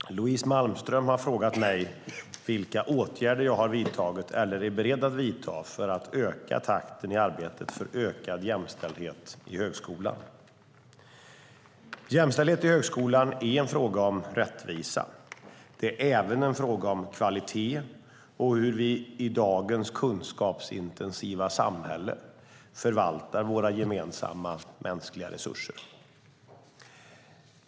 Herr talman! Louise Malmström har frågat mig vilka åtgärder jag har vidtagit eller är beredd att vidta för att öka takten i arbetet för ökad jämställdhet i högskolan. Jämställdhet i högskolan är en fråga om rättvisa. Det är även en fråga om kvalitet och hur vi i dagens kunskapsintensiva samhälle förvaltar våra gemensamma mänskliga resurser.